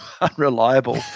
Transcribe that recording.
unreliable